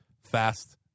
Fast